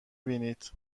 بینید